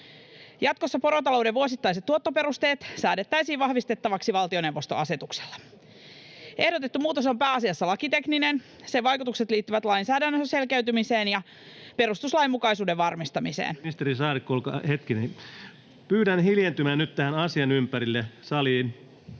Jatkossa porotalouden vuosittaiset tuottoperusteet säädettäisiin vahvistettavaksi valtioneuvoston asetuksella. Ehdotettu muutos on pääasiassa lakitekninen. Sen vaikutukset liittyvät lainsäädännön selkeytymiseen ja perustuslainmukaisuuden varmistamiseen. Kiitoksia, puhemies! Niin kuin sanottua, tämä liittyy lainsäädännön